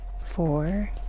Four